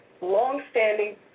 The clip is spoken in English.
longstanding